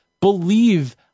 believe